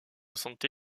santé